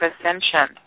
ascension